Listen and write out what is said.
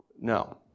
No